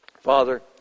Father